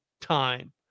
time